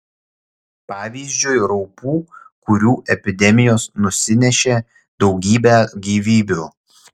pavyzdžiui raupų kurių epidemijos nusinešė daugybę gyvybių